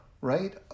right